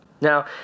Now